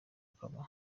akaba